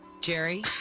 Jerry